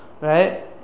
right